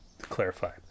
clarify